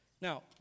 Now